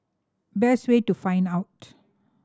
best way to find out